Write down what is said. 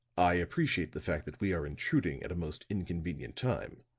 i appreciate the fact that we are intruding at a most inconvenient time,